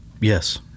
Yes